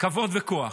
כבוד וכוח.